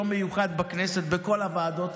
יום מיוחד בכנסת בכל הוועדות.